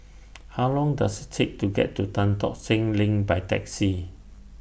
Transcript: How Long Does IT Take to get to Tan Tock Seng LINK By Taxi